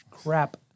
crap